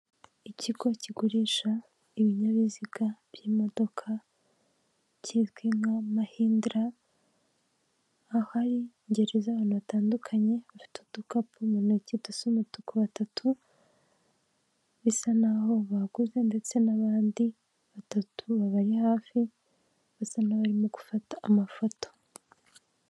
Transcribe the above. Ikigo kigurisha ibinyabiziga by'imodoka, kizwi nka Mahindra, ahari gereza abantu batandukanye bafite udukapu mu ntoki dusa umutuku batatu, bisa naho baguze ndetse n'abandi batatu babari hafi, basa n'aho barimo gufata amafoto.